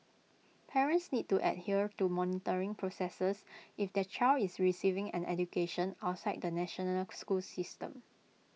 parents need to adhere to monitoring processes if their child is receiving an education outside the national school system